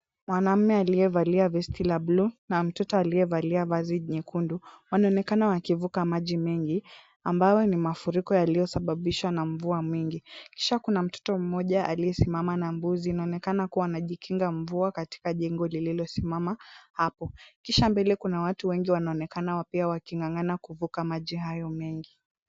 Mwanaume aliyevalia vesti la bluu na mtoto aliyevalia vazi nyekundu wanaonekana wakivuka maji mengi ambayo ni mafuriko yaliyosababishwa na mvua mingi. Kisha kuna mtoto mmoja aliyesimama na mbuzi. Inaonekana kuwa anajikinga mvua katika jengo lililosimama hapo. Kisha mbele kuna watu wengi wanaonekana pia waking'ang'ana kuvuka maji hayo mengi.